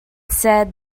said